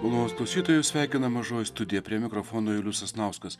malonūs klausytojai jus sveikina mažoji studija prie mikrofono julius sasnauskas